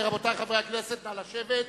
רבותי חברי הכנסת, נא לשבת.